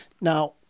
Now